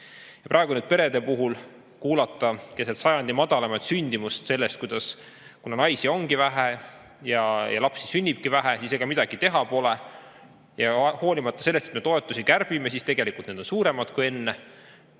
Praegu perede puhul kuuleme keset sajandi madalaimat sündimust seda, et kuna naisi ongi vähe ja lapsi sünnibki vähe, siis ega midagi teha pole, ja hoolimata sellest, et me toetusi kärbime, on need tegelikult suuremad kui enne.